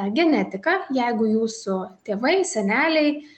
genetika jeigu jūsų tėvai seneliai